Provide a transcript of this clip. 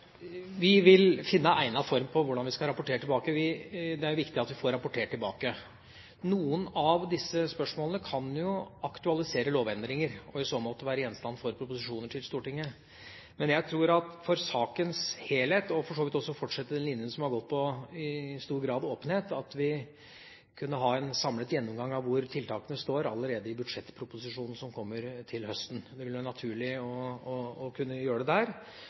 Vi vil finne egnet form på hvordan vi skal rapportere tilbake – det er viktig at vi får rapportert tilbake. Noen av disse spørsmålene kan jo aktualisere lovendringer og i så måte være gjenstand for proposisjoner til Stortinget. Men jeg tror at vi for sakens helhet og for så vidt også for å fortsette den linjen som har gått på åpenhet i stor grad, kunne ha en samlet gjennomgang av hvor tiltakene står, allerede i budsjettproposisjonen som kommer til høsten. Det ville være naturlig å kunne gjøre det der.